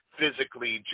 physically